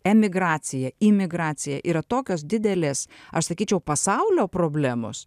emigracija imigracija yra tokios didelės aš sakyčiau pasaulio problemos